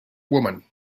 woman